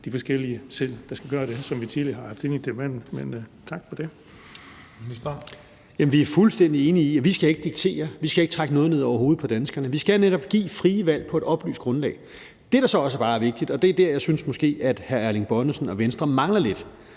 for fødevarer, landbrug og fiskeri (Rasmus Prehn): Jamen vi er fuldstændig enige i, at vi ikke skal diktere; vi skal ikke trække noget ned over hovedet på danskerne. Vi skal netop give frie valg på et oplyst grundlag. Det, der så også bare er vigtigt – og det er der, hvor jeg måske synes at hr. Erling Bonnesen og Venstre mangler lidt